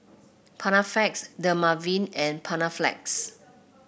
Panaflex Dermaveen and Panaflex